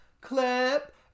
clip